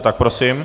Tak prosím.